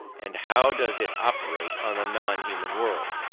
and how does it operate on the non-human world?